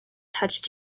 touched